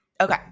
Okay